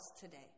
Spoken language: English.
today